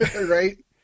Right